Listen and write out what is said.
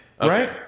Right